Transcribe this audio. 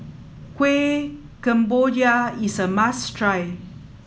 Kueh Kemboja is a must try